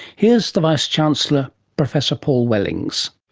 here's the vice chancellor professor paul wellings.